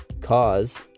cause